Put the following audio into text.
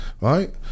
right